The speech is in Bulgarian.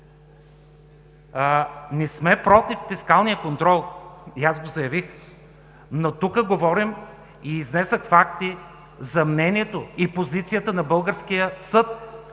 Не сме против фискалния контрол и аз го заявих, но тук говорих и изнесох факти за мнението и позицията на българския съд